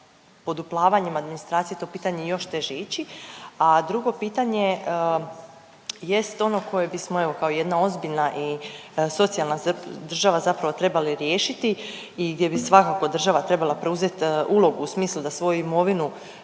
poduplavanjem administracije to pitanje još teže ići. A drugo pitanje jest ono koje bismo evo kao jedna ozbiljna i socijalna država zapravo trebali riješiti i gdje bi svakako država trebala preuzet ulogu u smislu da svoju imovinu